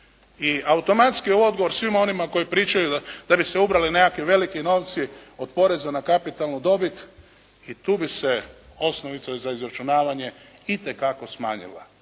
I automatski odgovor svima onima koji pričaju da bi se ubrali nekakvi veliki novci od poreza na kapitalnu dobit i tu bi se osnovica za izračunavanje itekako smanjila.